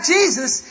Jesus